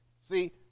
See